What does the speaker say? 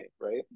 right